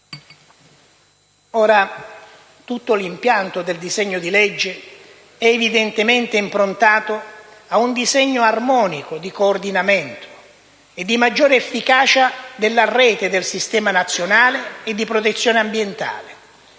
Ora, tutto l'impianto del disegno di legge è evidentemente improntato a un disegno armonico di coordinamento e di maggiore efficacia della rete del Sistema nazionale di protezione ambientale.